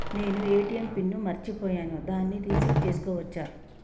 నేను ATM pin ని మరచిపోయాను దాన్ని రీ సెట్ చేసుకోవచ్చా?